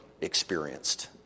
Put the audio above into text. experienced